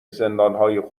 زندانهای